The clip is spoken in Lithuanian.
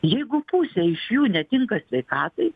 jeigu pusė iš jų netinka sveikatai